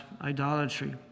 idolatry